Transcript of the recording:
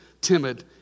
timid